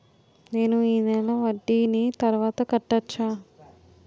నేను ఈ నెల వడ్డీని తర్వాత కట్టచా?